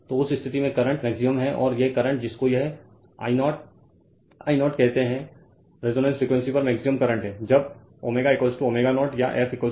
तो उस स्थिति में कि करंट मैक्सिमम है और ये करंट जिसको यह I0 I0 कहते हैं रेजोनेंस फ्रीक्वेंसी पर मैक्सिमम करंट है जब ω ω0 या f f 0 होता है